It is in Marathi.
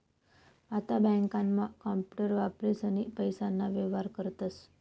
आता बँकांमा कांपूटर वापरीसनी पैसाना व्येहार करतस